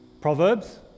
Proverbs